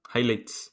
Highlights